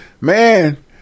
man